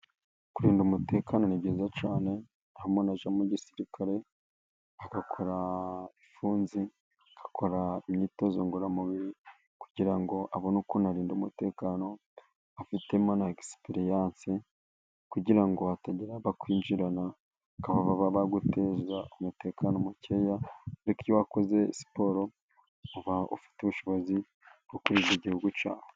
Kurinda umutekano ni byiza cyane, aho umuntu ajya mu gisirikare, agakora funzi, agakora imyitozo ngororamubiri, kugira ngo abone ukuntu arinda umutekano, afitemo na egisiperiyanse, kugira ngo hatagira abakwinjirana, bakaba baguteza umutekano mukeya, ariko iyo wakoze siporo, uba ufite ubushobozi bwo kurinda igihugu cyawe.